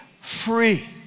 free